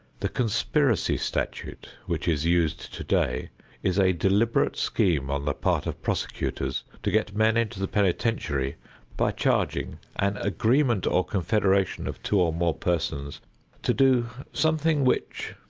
the conspiracy statute which is used today is a deliberate scheme on the part of prosecutors to get men into the penitentiary by charging an agreement or confederation of two or more persons to do something, which,